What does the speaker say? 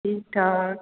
ਠੀਕ ਠਾਕ